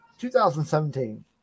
2017